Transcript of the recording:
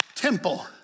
Temple